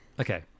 Okay